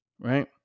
right